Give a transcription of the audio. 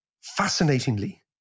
Fascinatingly